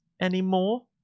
anymore